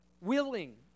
willing